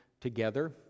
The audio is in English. together